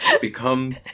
become